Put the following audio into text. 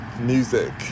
music